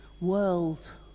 world